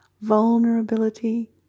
Vulnerability